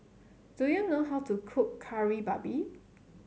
do you know how to cook Kari Babi